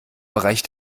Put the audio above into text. bereich